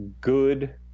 good